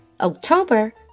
October